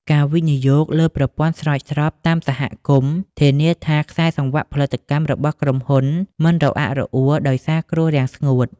ការវិនិយោគលើប្រព័ន្ធស្រោចស្រពតាមសហគមន៍ ធានាថាខ្សែសង្វាក់ផលិតកម្មរបស់ក្រុមហ៊ុនមិនរអាក់រអួលដោយសារគ្រោះរាំងស្ងួត។